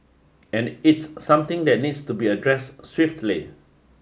and it's something that needs to be addressed swiftly